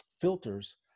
filters